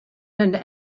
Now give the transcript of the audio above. and